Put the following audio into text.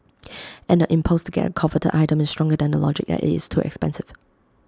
and the impulse to get A coveted item is stronger than the logic that IT is too expensive